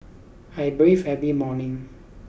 I breathe every morning